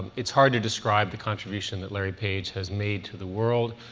it's hard to describe the contribution that larry page has made to the world,